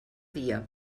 dia